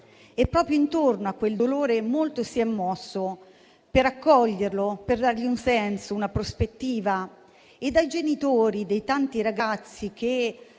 Proprio intorno a quel dolore molto si è mosso per accoglierlo, per dargli un senso e una prospettiva. Grazie all'iniziativa dei genitori dei tanti ragazzi che